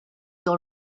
dans